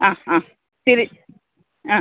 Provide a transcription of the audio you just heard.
ആ ആ ശരി ആ